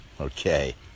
Okay